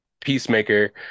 Peacemaker